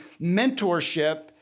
mentorship